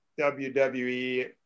WWE